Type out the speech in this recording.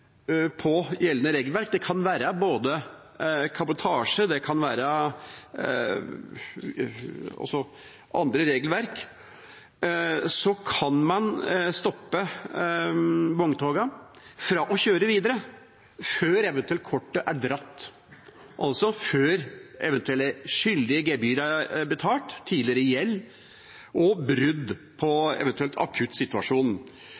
på gjeldende regelverk – det kan være både kabotasje- og andre regelverk – at man kan stoppe vogntogene fra å kjøre videre før kortet eventuelt er dratt, altså før eventuelle skyldige gebyr og tidligere gjeld er betalt, og ved brudd